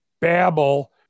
babble